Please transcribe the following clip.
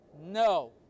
no